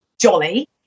jolly